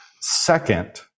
second